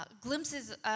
glimpses